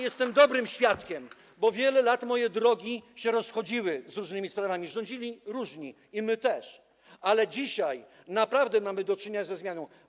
Jestem tu dobrym świadkiem tego - bo wiele lat moje drogi się rozchodziły w różnych sprawach, rządzili różni, my też - że dzisiaj naprawdę mamy do czynienia ze zmianą.